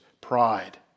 pride